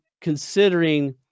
considering